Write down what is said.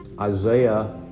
Isaiah